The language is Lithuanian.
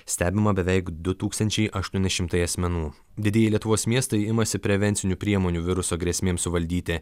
stebima beveik du tūkstančiai aštuoni šimtai asmenų didieji lietuvos miestai imasi prevencinių priemonių viruso grėsmėms suvaldyti